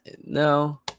No